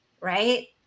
right